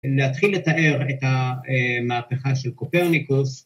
‫להתחיל לתאר ‫את המהפכה של קופרניקוס.